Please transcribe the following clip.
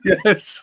Yes